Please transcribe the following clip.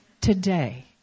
today